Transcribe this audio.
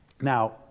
Now